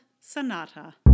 sonata